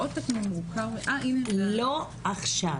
עכשיו.